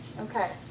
Okay